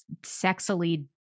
sexily